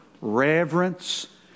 reverence